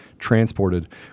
transported